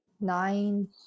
nine